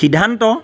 সিদ্ধান্ত